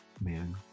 Man